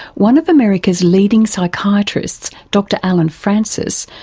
one of america's leading psychiatrists, dr allen frances,